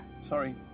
Sorry